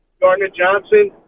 Gardner-Johnson